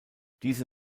diese